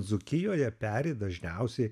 dzūkijoje peri dažniausiai